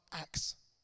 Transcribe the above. acts